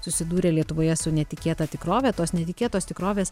susidūrė lietuvoje su netikėta tikrove tos netikėtos tikrovės